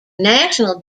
national